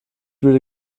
würde